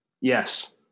Yes